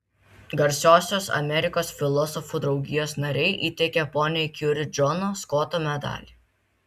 garsiosios amerikos filosofų draugijos nariai įteikia poniai kiuri džono skoto medalį